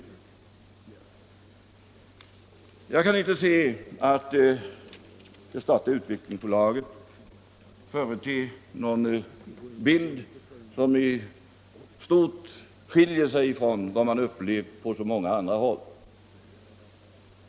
Jag kan dock inte se att det statliga Utvecklingsbolaget företer en bild som i stort skiljer sig från vad man har upplevt på många andra håll.